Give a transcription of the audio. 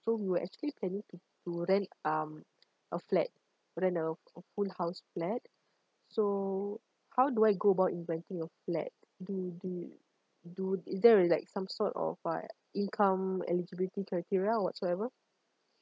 so we were actually planning to to rent um a flat rent a a full house flat so how do I go about in renting a flat do do do is there is like some sort of what income eligibility criteria or whatsoever